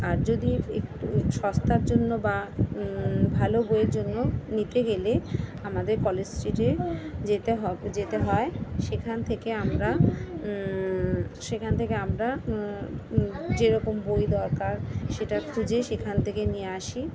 আর যদি একটু সস্তার জন্য বা ভালো বইয়ের জন্য নিতে গেলে আমাদের কলেজ স্ট্রিটে যেতে হবে যেতে হয় সেখান থেকে আমরা সেখান থেকে আমরা যেরকম বই দরকার সেটা খুঁজে সেখান থেকে নিয়ে আসি